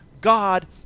God